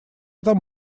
там